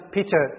Peter